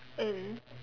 mm